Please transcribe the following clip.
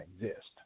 exist